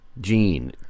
Gene